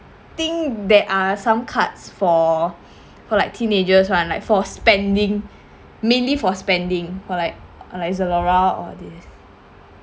think there are some cards for for like teenagers one like for spending mainly for spending for like like zalora all this